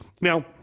Now